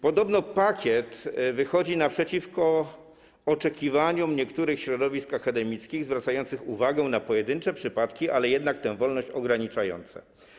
Podobno pakiet wychodzi naprzeciwko oczekiwaniom niektórych środowisk akademickich, zwracających uwagę na pojedyncze przypadki, ale jednak tę wolność ograniczające.